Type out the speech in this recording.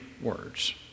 words